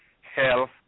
health